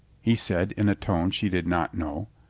he said in a tone she did not know.